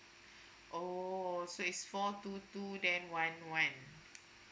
oh so is for two two then one one